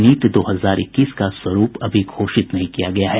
NEET दो हजार इक्कीस का स्वरूप अभी घोषित नहीं किया गया है